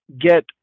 get